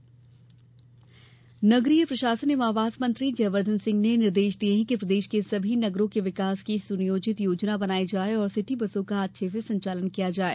नगरीय निर्देश नगरीय प्रशासन एवं आवास मंत्री जयवर्धन सिंह ने निर्देश दिये हैं कि प्रदेश के सभी नगरों के विकास की सुनियोजित योजना बनाई जाये और सिटी बसों का अच्छे से संचालन किया जाये